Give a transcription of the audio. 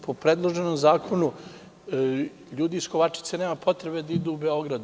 Po predloženom zakonu ljudi iz Kovačice nemaju potrebe da idu u Beograd.